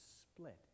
split